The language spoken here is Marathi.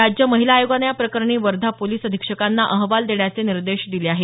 राज्य महिला आयोगानं या प्रकरणी वर्धा पोलीस अधिक्षकांना अहवाल देण्याचे निर्देश दिले आहेत